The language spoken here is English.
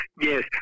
Yes